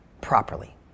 properly